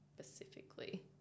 specifically